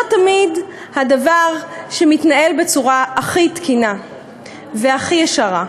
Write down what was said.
תמיד הדבר שמתנהל בצורה הכי תקינה והכי ישרה.